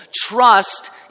Trust